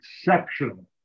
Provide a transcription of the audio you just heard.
exceptional